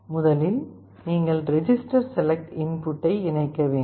முதலில் நீங்கள் register select இன்புட்டை இணைக்க வேண்டும்